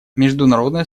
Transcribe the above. международное